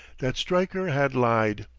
that stryker had lied.